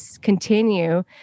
continue